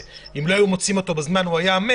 ואם לא היו מוצאים אותו בזמן הוא היה מת,